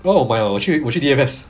!wah! 我买了我去 D_F_S